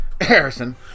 Harrison